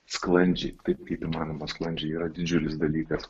sklandžiai taip kaip įmanoma sklandžiai yra didžiulis dalykas